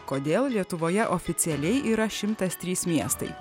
kodėl lietuvoje oficialiai yra šimtas trys miestai